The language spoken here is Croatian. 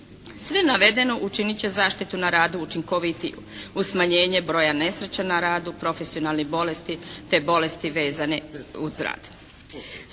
Sve navedeno učinit će zaštitu na radu učinkovitiju uz smanjenje broja nesreća na radu, profesionalnih bolesti te bolesti vezane uz rad.